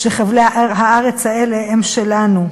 שחבלי הארץ האלה הם שלנו.